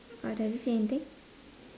uh does it say anything